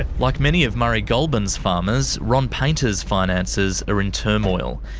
ah like many of murray goulburn's farmers, ron paynter's finances are in turmoil.